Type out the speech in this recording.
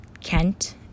kent